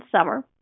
summer